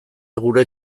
gure